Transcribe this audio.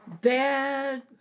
bad